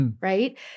right